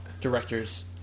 directors